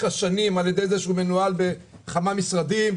השנים על ידי זה שהוא מנוהל בכמה משרדים.